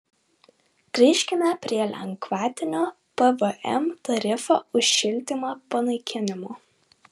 grįžkime prie lengvatinio pvm tarifo už šildymą panaikinimo